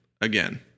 again